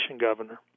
governor